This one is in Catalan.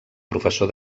professor